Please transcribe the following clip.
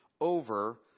over